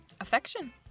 Affection